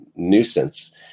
nuisance